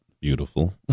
beautiful